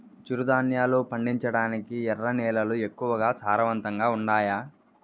చిరుధాన్యాలు పండించటానికి ఎర్ర నేలలు ఎక్కువగా సారవంతంగా ఉండాయా